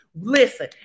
Listen